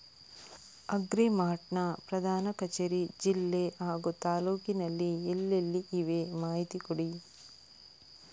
Agri mart ನ ಪ್ರಧಾನ ಕಚೇರಿ ಜಿಲ್ಲೆ ಹಾಗೂ ತಾಲೂಕಿನಲ್ಲಿ ಎಲ್ಲೆಲ್ಲಿ ಇವೆ ಮಾಹಿತಿ ಕೊಡಿ?